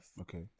okay